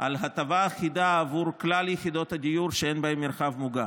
על הטבה אחידה עבור כלל יחידות הדיור שאין בהן מרחב מוגן,